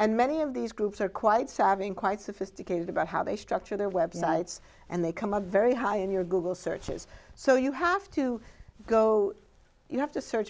and many of these groups are quite savvy and quite sophisticated about how they structure their websites and they come up very high in your google searches so you have to go you have to search